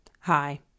Hi